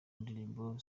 ndirimbo